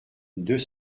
deux